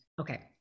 Okay